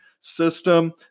system